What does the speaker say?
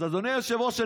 אז אדוני היושב-ראש,